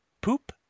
Poop